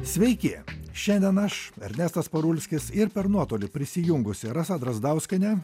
sveiki šiandien aš ernestas parulskis ir per nuotolį prisijungusi rasa drazdauskiene